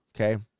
Okay